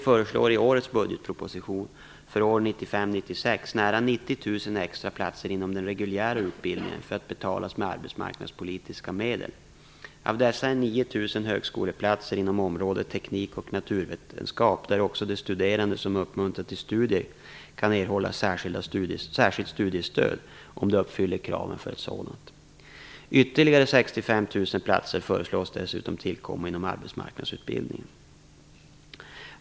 1995/96, nära 90 000 extra platser inom den reguljära utbildningen att betalas med arbetsmarknadspolitiska medel. Av dessa är 9 000 högskoleplatser inom området teknik och naturvetenskap, där också de studerande som uppmuntran till studier kan erhålla särskilt studiestöd om de uppfyller kraven för sådant. Ytterligare 65 000 platser föreslås dessutom tillkomma inom arbetsmarknadsutbildningen.